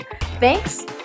Thanks